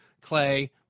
Clay